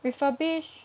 refurbish